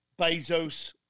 Bezos